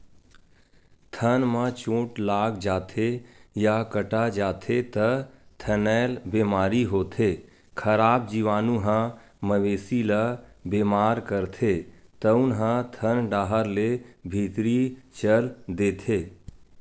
थन म चोट लाग जाथे या कटा जाथे त थनैल बेमारी होथे, खराब जीवानु ह मवेशी ल बेमार करथे तउन ह थन डाहर ले भीतरी चल देथे